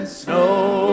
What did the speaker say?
snow